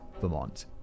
vermont